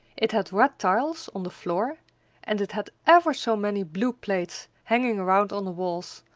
it had red tiles on the floor and it had ever so many blue plates hanging around on the walls,